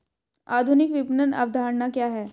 आधुनिक विपणन अवधारणा क्या है?